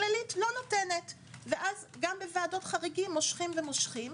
כללית לא נותנת ואז גם בוועדות חריגים מושכים ומושכים.